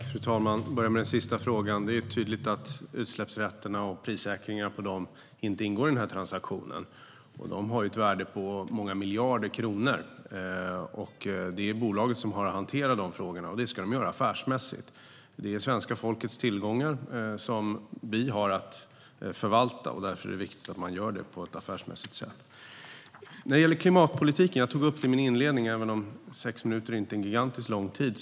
Fru talman! Jag börjar med den sista frågan. Det är tydligt att utsläppsrätterna och prissäkringar på dem inte ingår i denna transaktion. De har ett värde på många miljarder kronor. Det är bolaget som har att hantera dessa frågor, och det ska de göra affärsmässigt. Det är svenska folkets tillgångar som vi har att förvalta. Därför är det viktigt att detta görs på ett affärsmässigt sätt. När det gäller klimatpolitiken tog jag upp detta i min inledning, även om sex minuter inte är särskilt lång tid.